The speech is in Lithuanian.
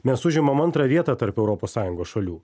mes užimam antrą vietą tarp europos sąjungos šalių